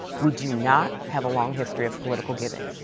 we do not have a long history of political giving.